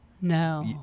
No